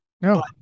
No